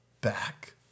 back